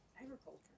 agriculture